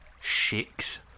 shakes